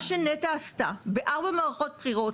מה שנת"ע עשתה בארבע מערכות בחירות,